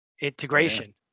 integration